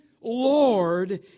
Lord